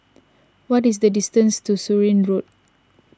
what is the distance to Surin Road